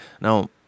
now